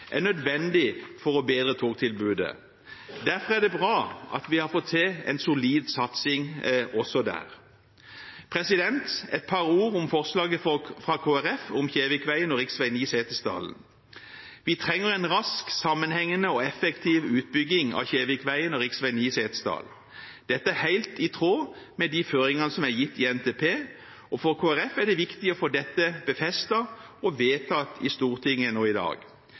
er nødvendig for å bedre togtilbudet. Derfor er det bra at vi har fått til en solid satsing også der. Et par ord om forslaget fra Kristelig Folkeparti om Kjevikveien og rv. 9 Setesdal. Vi trenger en rask, sammenhengende og effektiv utbygging av Kjevikveien og rv. 9 Setesdal. Dette er helt i tråd med de føringene som er gitt i NTP. For Kristelig Folkeparti er det viktig å få dette befestet og vedtatt i Stortinget nå i dag.